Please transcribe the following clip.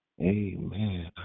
Amen